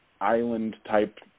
island-type